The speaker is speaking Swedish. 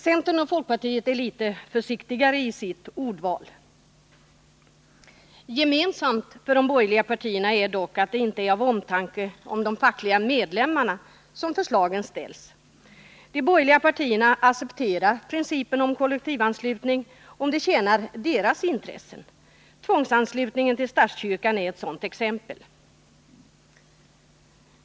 Centern och folkpartiet är försiktigare i sitt ordval. Gemensamt för de borgerliga partierna är dock att det inte är av omtanke om de fackliga medlemmarna som förslagen ställs. De borgerliga partierna accepterar principen om kollektivanslutning om det tjänar deras intressen. Tvångsanslutningen till statskyrkan är ett sådant exempel.